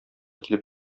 килеп